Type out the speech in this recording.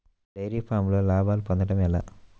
Dairy ఫామ్లో లాభాలు పొందడం ఎలా?